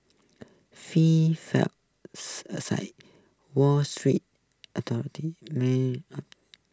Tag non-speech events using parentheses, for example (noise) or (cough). free fall (unintelligible) aside wall street (unintelligible)